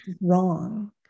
wrong